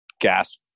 gas